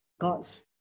God's